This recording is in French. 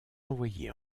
envoyés